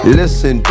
listen